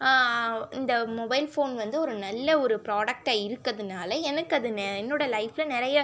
இந்த mobile phone வந்து ஒரு நல்ல ஒரு ப்ராடக்ட்டாக இருக்கறதுனால் எனக்கு அது நெ என்னுடைய லைஃப்ல நிறைய